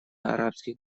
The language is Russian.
арабских